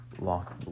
Lock